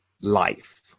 life